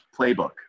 Playbook